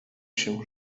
się